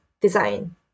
design